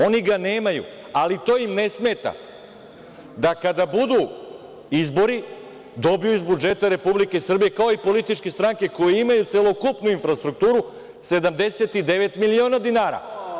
Oni ga nemaju, ali to im ne smeta da kada budu izbori dobiju iz budžeta Republike Srbije, kao i političke stranke koje imaju celokupnu infrastrukturu, 79 miliona dinara.